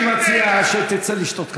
אני מציע שתצא לשתות קפה.